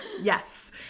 Yes